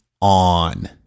on